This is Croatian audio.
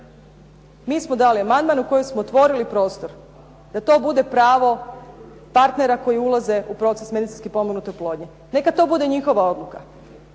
Mi smo dali amandman u kojem smo otvorili prostor da to bude pravo partnera koji ulaze u proces medicinski pomognute oplodnje. Neka to bude njihova odluka.